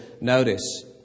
notice